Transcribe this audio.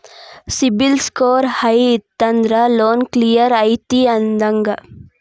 CIBIL score high ಇತ್ತಂದ್ರ loan clear ಐತಿ ಅಂದಂಗ